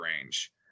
range